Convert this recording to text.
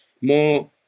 more